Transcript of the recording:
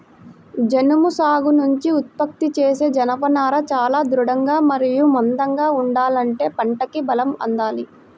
జనుము సాగు నుంచి ఉత్పత్తి చేసే జనపనార చాలా దృఢంగా మరియు మందంగా ఉండాలంటే పంటకి బలం అందాలి